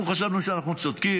אנחנו חשבנו שאנחנו צודקים,